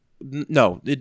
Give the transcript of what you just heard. no